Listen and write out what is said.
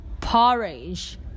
porridge